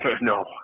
no